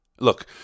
look